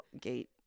gate